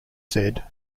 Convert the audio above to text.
said